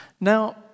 Now